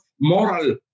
moral